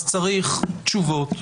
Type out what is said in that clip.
אז צריך תשובות.